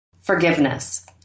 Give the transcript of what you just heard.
Forgiveness